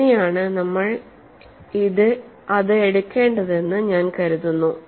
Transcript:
അങ്ങനെയാണ് നമ്മൾ അത് എടുക്കേണ്ടതെന്ന് ഞാൻ കരുതുന്നു